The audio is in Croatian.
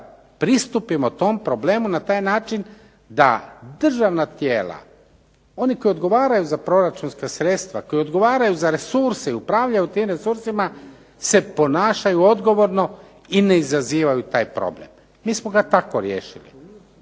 pristupimo tom problemu na taj način da državna tijela oni koji odgovaraju za proračunska sredstva, koji odgovaraju za resurse i upravljaju tim resursima se ponašaju odgovorno i ne izazivaju taj problem. Mi smo ga tako riješili.